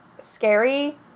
scary